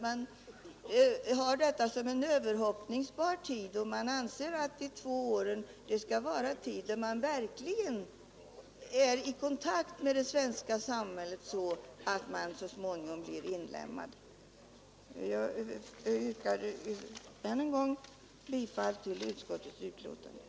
Man har detta som en överhoppningsbar tid och anser att de två åren skall vara tid när invandrarna verkligen är i kontakt med det svenska samhället och stärker sin position där. Jag yrkar än en gång bifall till utskottets hemställan.